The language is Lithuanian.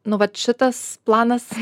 nu vat šitas planas